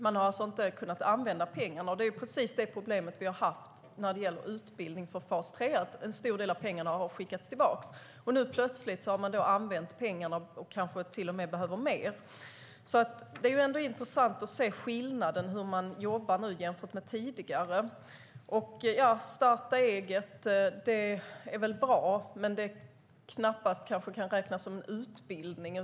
Man har alltså inte kunnat använda pengarna, och det är precis det problem vi har haft när det gäller utbildning för personer i fas 3 - en stor del av pengarna har skickats tillbaka. Nu har man plötsligt använt pengarna och behöver kanske till och med mer. Det är ändå intressant att se skillnaden i hur man jobbar nu jämfört med tidigare. Starta eget är väl bra, men det kan väl knappast räknas som utbildning.